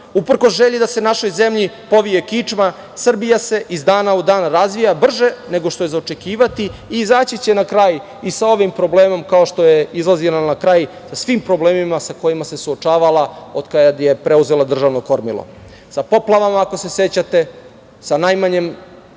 uprkos želji da se našoj zemlji povije kičma, Srbija se iz dana u dan razvija, brže nego što je za očekivati i izaći će na kraj i sa ovim problemom, kao što je izlazila na kraj sa svim problemima sa kojima se suočavala, od kada je preuzela državno kormilo. Sa poplavama ako se sećate, sa najmanjim